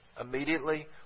immediately